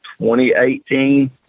2018